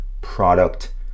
product